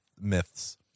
myths